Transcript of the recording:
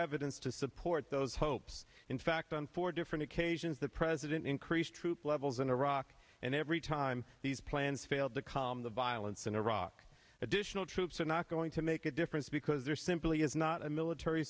evidence to support those hopes in fact on four different occasions that president increased troop levels in iraq and every time these plans fail to calm the violence in iraq additional troops are not going to make a difference because there simply is not a military